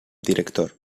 director